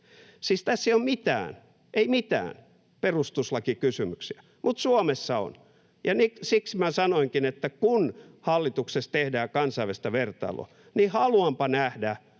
Siis tässä ei ole mitään, ei mitään perustuslakikysymyksiä, mutta Suomessa on, ja siksi minä sanoinkin, että kun hallituksessa tehdään kansainvälistä vertailua, niin haluanpa nähdä